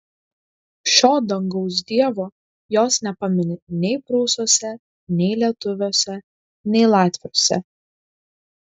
šio dangaus dievo jos nepamini nei prūsuose nei lietuviuose nei latviuose